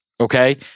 Okay